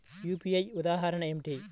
UPI ఉదాహరణ ఏమిటి?